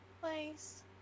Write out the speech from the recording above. place